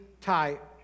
type